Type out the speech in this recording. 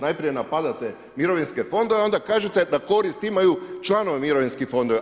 Najprije napadate mirovinske fondove, a onda kažete da korist imaju članovi mirovinskih fondova.